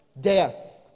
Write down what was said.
Death